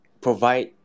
provide